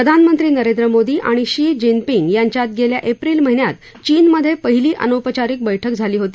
प्रधानमंत्री नरेंद्र मोदी आणि Xi Jinping यांच्यात गेल्या एप्रिल महिन्यात चीनमधे पहिली अनौपचारिक बैठक झाली होती